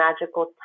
magical